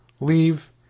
leave